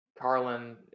Carlin